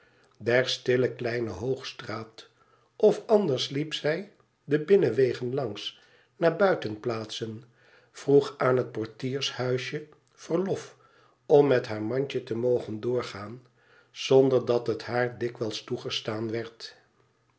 der stille kleine hoogstraat of anders liep zij de binnenwegen langs naar buitenplaatsen vroeg aan het portiershuisje verlof om met haar mandje te mogen doorgaan zonder dat het haar dikwijls toegestaan werd